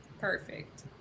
Perfect